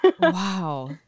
Wow